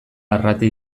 arrate